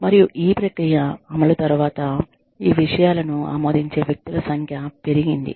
మరియు ఈ ప్రక్రియ అమలు తరువాత ఈ విషయాలను ఆమోదించే వ్యక్తుల సంఖ్య పెరిగింది